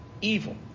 evil